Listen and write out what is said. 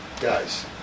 guys